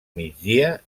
migdia